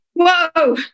whoa